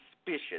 suspicious